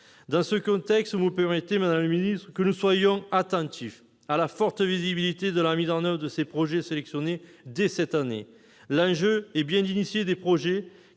Dans ce contexte, vous permettrez, madame la secrétaire d'État, que nous soyons attentifs à la forte visibilité de la mise en oeuvre des projets sélectionnés dès cette année. L'enjeu est bien d'engager des projets